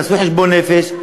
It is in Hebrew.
תעשו חשבון נפש,